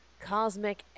cosmic